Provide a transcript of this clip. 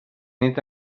nit